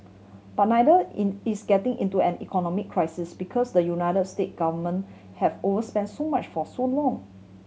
but neither in is getting into an economic crisis because the United States government have overspent so much for so long